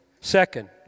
Second